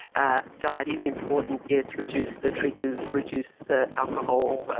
ah diet is important, yes, reduce the triggers, reduce alcohol,